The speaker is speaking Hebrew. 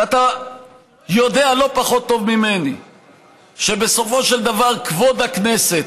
ואתה יודע לא פחות טוב ממני שבסופו של דבר כבוד הכנסת,